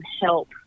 help